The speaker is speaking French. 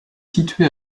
situé